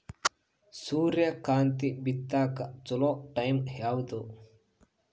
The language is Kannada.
ಸೂರ್ಯಕಾಂತಿ ಬಿತ್ತಕ ಚೋಲೊ ಟೈಂ ಯಾವುದು?